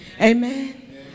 Amen